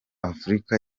afurika